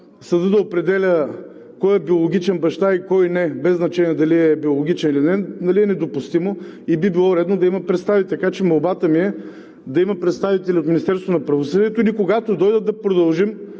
съдът да определя кой е биологичен баща и кой не, без значение дали е биологичен или не е, е недопустимо и би било редно да има представител. Така че молбата ми е да има представители от Министерството на правосъдието